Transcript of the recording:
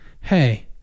hey